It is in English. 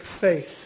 faith